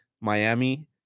Miami